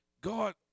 God